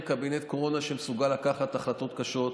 קבינט קורונה שמסוגל לקחת החלטות קשות.